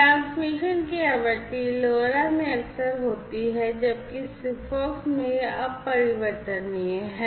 transmission की आवृत्ति LoRa में अक्सर होती है जबकि SIGFOX में यह अपरिवर्तनीय है